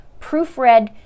proofread